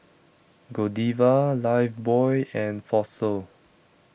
Godiva Lifebuoy and Fossil